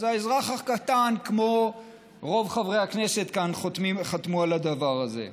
אז האזרח הקטן ורוב חברי הכנסת כאן חותמים על הדבר הזה.